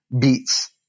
beats